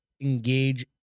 engage